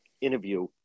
interview